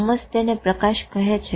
Thomas તેને પ્રકાશ કહે છે